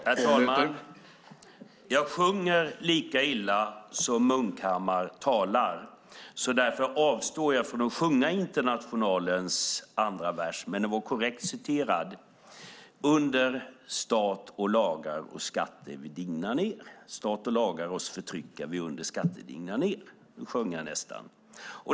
Herr talman! Jag sjunger lika illa som Johnny Munkhammar talar, så därför avstår jag från att sjunga Internationalens fjärde vers. Men den var korrekt citerad. "Båd' stat och lagar oss förtrycka, vi under skatter digna ner". Nu sjöng jag nästan.